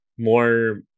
More